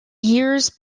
years